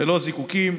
ולא זיקוקים,